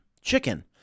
chicken